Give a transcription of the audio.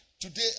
Today